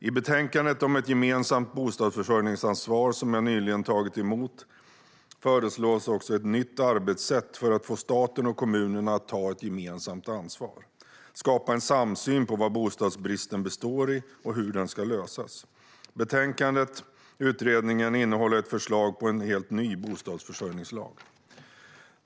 I betänkandet om ett gemensamt bostadsförsörjningsansvar som jag nyligen tagit emot föreslås ett nytt arbetssätt för att få staten och kommunerna att ta gemensamt ansvar och skapa samsyn på vad bostadsbristen består i och hur den ska lösas. Betänkandet innehåller ett förslag på en ny bostadsförsörjningslag.